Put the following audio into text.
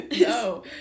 No